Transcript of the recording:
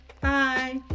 Bye